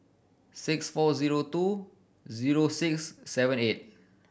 six four zero two zero six seven six